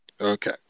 Okay